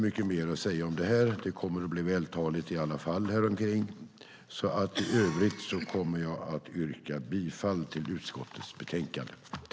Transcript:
I övrigt yrkar jag bifall till utskottets förslag i betänkandet.